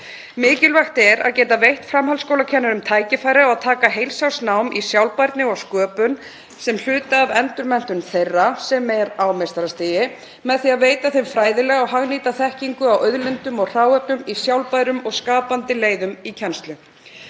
Mikilvægt er að geta veitt framhaldsskólakennurum tækifæri á að taka heilsársnám í sjálfbærni og sköpun sem hluta af endurmenntun þeirra, sem er á meistarastigi, með því að veita þeim fræðilega og hagnýta þekkingu á auðlindum og hráefnum í sjálfbærum og skapandi leiðum í kennslu.